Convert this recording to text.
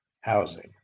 housing